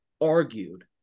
argued